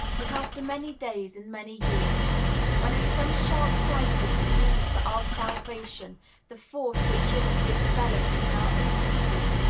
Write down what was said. but after many days and many years when in some sharp crisis we need for our salvation the force which should have been developing in our infancy,